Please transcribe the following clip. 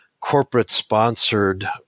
corporate-sponsored